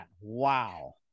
Wow